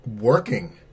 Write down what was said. working